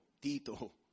Tito